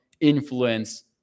influence